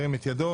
ירים את ידו.